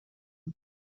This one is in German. mit